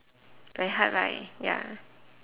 very hard right ya